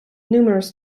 numerous